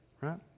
right